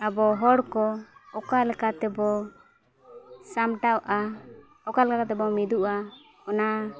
ᱟᱵᱚ ᱦᱚᱲ ᱠᱚ ᱚᱠᱟ ᱞᱮᱠᱟ ᱛᱮᱵᱚ ᱥᱟᱢᱴᱟᱜᱼᱟ ᱚᱠᱟ ᱞᱮᱠᱟ ᱠᱟᱛᱮᱵᱚᱱ ᱢᱤᱫᱚᱜᱼᱟ ᱚᱱᱟ